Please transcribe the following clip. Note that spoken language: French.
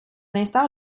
l’instar